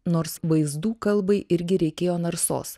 nors vaizdų kalbai irgi reikėjo narsos